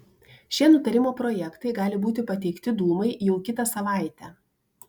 šie nutarimo projektai gali būti pateikti dūmai jau kitą savaitę